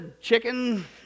chicken